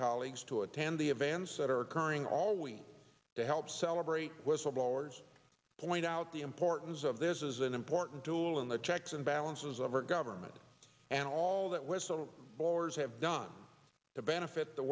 colleagues to attend the advance that are occurring all week to help celebrate whistleblowers point out the importance of this is an important tool in the checks and balances of our government and all that whistle blowers have done to benefit t